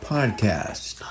Podcast